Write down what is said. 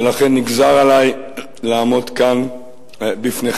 ולכן נגזר עלי לעמוד כאן בפניכם.